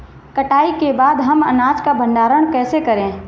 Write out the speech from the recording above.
कटाई के बाद हम अनाज का भंडारण कैसे करें?